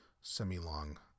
semi-long